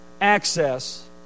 access